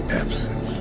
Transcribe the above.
absent